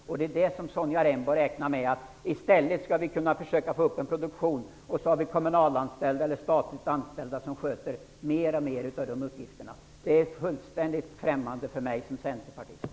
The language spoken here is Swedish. Sonja Rembo räknar med att vi i stället skall försöka öka produktionen och att kommunalanställda och statligt anställda skall sköta allt fler av arbetsuppgifterna. Det är fullständigt främmande för mig som centerpartist.